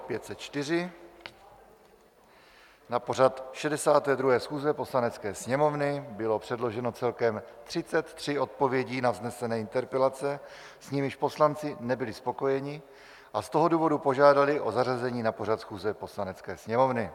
Na pořad 62. schůze Poslanecké sněmovny bylo předloženo celkem 33 odpovědí na vznesené interpelace, s nimiž poslanci nebyli spokojeni, a z toho důvodu požádali o zařazení na pořad schůze Poslanecké sněmovny.